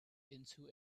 into